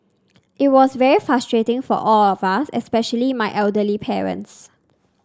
it was very frustrating for all of us especially my elderly parents